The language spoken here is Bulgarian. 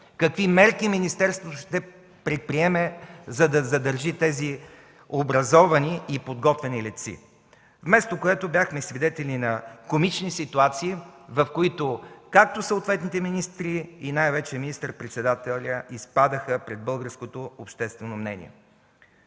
предприеме министерството, за да задържи тези образовани и подготвени летци. Вместо това бяхме свидетели на комични ситуации, в които, както съответните министри и най-вече министър-председателят, изпадаха пред българското обществено мнение.